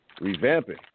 revamping